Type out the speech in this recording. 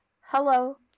hello